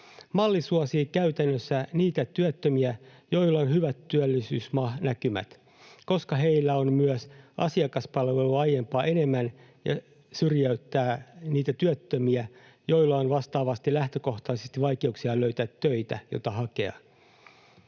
Malli suosii käytännössä niitä työttömiä, joilla on hyvät työllisyysnäkymät, ja koska myös heille on asiakaspalvelua aiempaa enemmän, malli syrjäyttää niitä työttömiä, joilla on vastaavasti lähtökohtaisesti vaikeuksia löytää töitä, joita hakea.